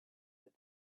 that